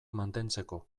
mantentzeko